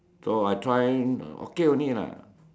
so I try okay only lah